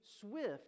swift